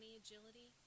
agility